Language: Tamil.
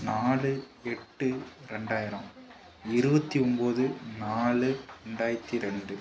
நாலு எட்டு ரெண்டாயிரம் இருபத்தி ஒம்பது நாலு ரெண்டாயிரத்து ரெண்டு